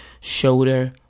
shoulder